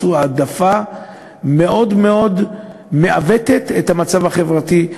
עשו העדפה שמאוד מאוד מעוותת את המצב החברתי,